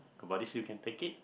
but at least you can take it